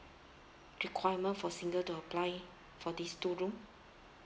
requirement for single to apply for these two room